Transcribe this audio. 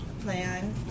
plan